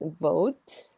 vote